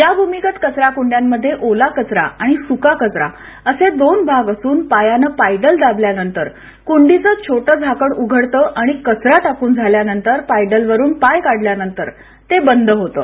या भूमीगत कचराकुंड्यामध्ये ओला कचरा आणि सुका कचरा असे दोन भाग असून पायानं पायडल दाबल्यानंतर कुंडीचं छोटं झाकण उघडतं आणि कचरा टाकून झाल्यानंतर पायडलवरून पाय काढल्यावर ते बंद होतं